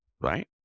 right